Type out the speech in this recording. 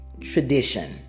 tradition